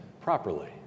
properly